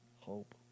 hope